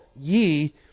ye